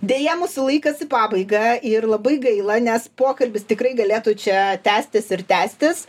deja mūsų laikas į pabaigą ir labai gaila nes pokalbis tikrai galėtų čia tęstis ir tęstis